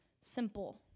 simple